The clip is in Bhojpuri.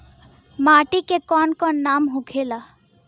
माटी के कौन कौन नाम होखे ला?